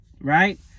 right